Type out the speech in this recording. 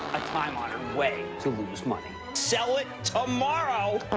a time-honored way to lose money. sell it tomorrow.